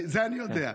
את זה אני יודע.